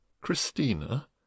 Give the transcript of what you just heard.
christina